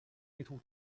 little